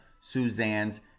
Suzanne's